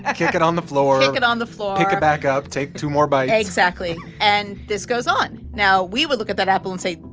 ah kick it on the floor kick it on the floor pick it back up, take two more bites exactly. and this goes on. now, we would look at that apple and say,